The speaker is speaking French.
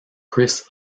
chris